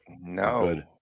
No